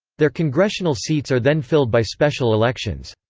their congressional seats are then filled by special elections.